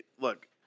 look